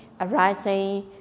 arising